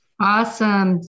Awesome